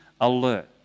alert